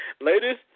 Ladies